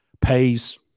pays